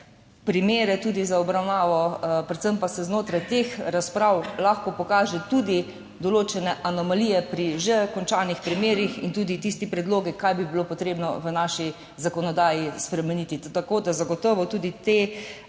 primere za obravnavo, predvsem pa se znotraj teh razprav lahko pokaže tudi določene anomalije pri že končanih primerih in tudi tiste predloge, kaj bi bilo potrebno spremeniti v naši zakonodaji. Tako da so zagotovo tudi te